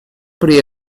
при